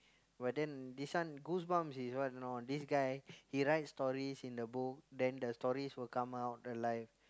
but then this one Goosebumps is what or not this guy he write stories in the book then the stories will come out alive